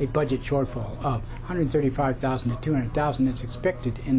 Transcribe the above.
a budget shortfall hundred thirty five thousand to two hundred thousand is expected in